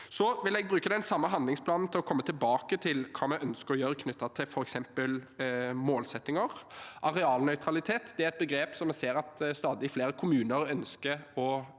Så vil jeg bruke den samme handlingsplanen til å komme tilbake til hva vi ønsker å gjøre knyttet til bl.a. målsettinger. Arealnøytralitet er noe vi ser at stadig flere kommuner ønsker å oppnå.